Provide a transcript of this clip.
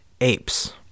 apes